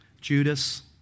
Judas